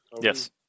Yes